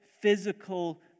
physical